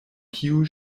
kiu